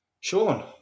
Sean